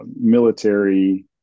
military